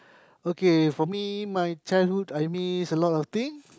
okay for me my childhood I miss a lot of things